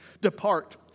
Depart